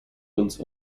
uns